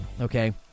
Okay